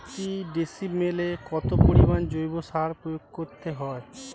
প্রতি ডিসিমেলে কত পরিমাণ জৈব সার প্রয়োগ করতে হয়?